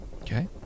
Okay